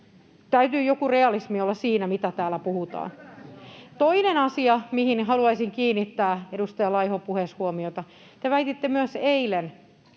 Täytyy joku realismi olla siinä, mitä täällä puhutaan. Toinen asia, mihin haluaisin kiinnittää edustaja Laihon puheessa huomiota: Te väititte myös eilen,